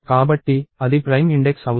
కాబట్టి అది prime index అవుతుంది